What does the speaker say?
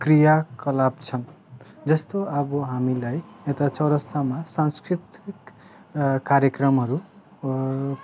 क्रियाकलाप छ जस्तो अब हामीलाई यता चौरास्तामा सांस्कृतिक कार्यक्रमहरू